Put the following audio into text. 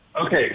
Okay